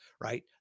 right